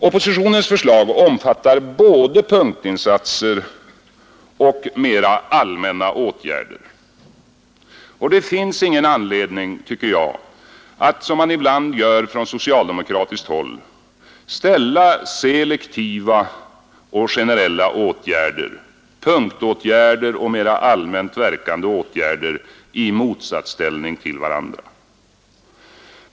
Oppositionens förslag omfattar både punktinsatser och mera allmänna åtgärder. Det finns ingen anledning, tycker jag, att — som man ibland gör från socialdemokratiskt håll — ställa selektiva och generella åtgärder, punktåtgärder och mera allmänt verkande åtgärder, i motsatsställning till varandra.